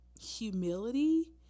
humility